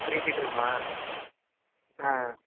three feet இருக்குமா ஆ